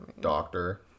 doctor